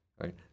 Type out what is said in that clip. right